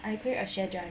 I create a shared drive